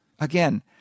Again